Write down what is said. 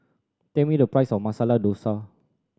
tell me the price of Masala Dosa